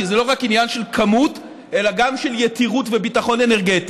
כי זה לא רק עניין של כמות אלא גם של יתירות וביטחון אנרגטי.